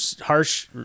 harsh